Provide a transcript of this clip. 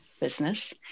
business